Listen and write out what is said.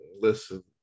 listen